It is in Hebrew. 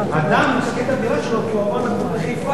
אדם משכיר את הדירה שלו, כי הוא עבר לגור בחיפה.